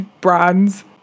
brands